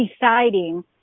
deciding